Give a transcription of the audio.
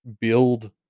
build